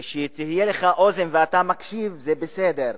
שתהיה לך אוזן ואתה מקשיב, זה בסדר,